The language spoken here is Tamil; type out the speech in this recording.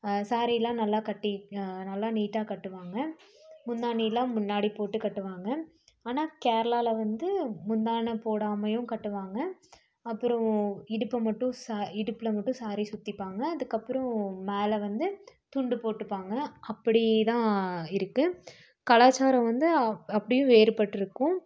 சேரிலாம் நல்லா கட்டி நல்லா நீட்டாக கட்டுவாங்க முந்தானியெலாம் முன்னாடி போட்டு கட்டுவாங்க ஆனால் கேரளாவில வந்து முந்தானை போடாமையும் கட்டுவாங்க அப்புறம் இடுப்பை மட்டும் சே இடுப்பில் மட்டும் சேரி சுத்திப்பாங்க அதுக்கு அப்பறம் மேலே வந்து துண்டு போட்டுப்பாங்க அப்படியே தான் இருக்குது கலாச்சாரம் வந்து அப்படியும் வேறுபட்டிருக்கும்